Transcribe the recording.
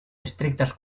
estrictas